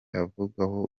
avugwaho